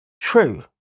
true